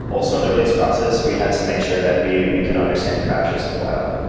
also on the release process, we had to make sure that we we could understand crashes in the wild.